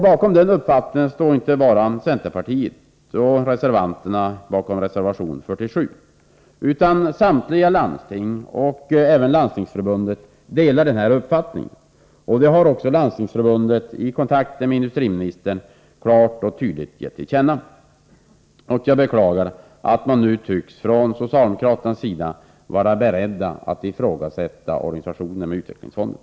Bakom den uppfattningen står inte enbart centerpartiet och reservanterna i reservation 47, utan samtliga landsting och Landstingsförbundet delar denna uppfattning. Detta har också Landstingsförbundet i kontakter med industriministern klart och tydligt gett till känna. Jag beklagar att man från socialdemokraternas sida nu tycks vara beredd att ifrågasätta organisationen för utvecklingsfonderna.